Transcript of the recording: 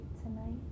tonight